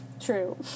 True